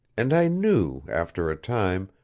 and i knew, after a time,